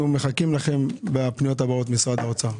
אנחנו מחכים לכם בפניות הבאות, משרד האוצר.